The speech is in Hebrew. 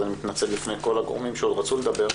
אני מתנצל בפני שאר הגורמים שרצו לדבר,